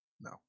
no